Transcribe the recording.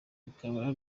bikaba